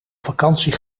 vakantie